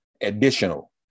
additional